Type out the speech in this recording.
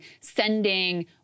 sending